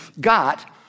got